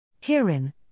Herein